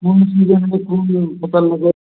कौन सीजन में कौन फसल लगे